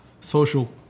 social –